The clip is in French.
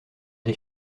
des